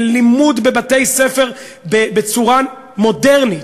ללימוד בבתי-ספר בצורה מודרנית.